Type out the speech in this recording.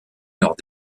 lors